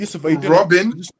Robin